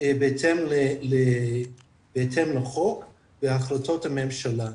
בהתאם לחוק ולהחלטות הממשלה,